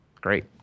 Great